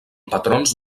patrons